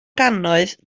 gannoedd